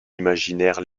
imaginaire